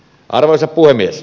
arvoisa puhemies